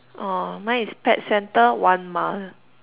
orh mine is pet center one mile